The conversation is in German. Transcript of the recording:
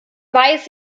weiß